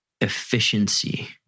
efficiency